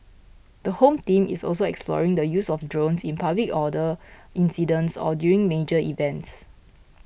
the Home Team is also exploring the use of drones in public order incidents or during major events